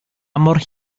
mor